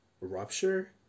rupture